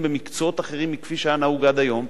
במקצועות אחרים מכפי שהיה נהוג עד היום,